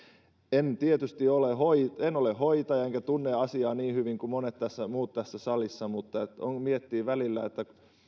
en tietysti ole hoitaja enkä tunne asiaa niin hyvin kuin monet muut tässä salissa mutta mietin välillä että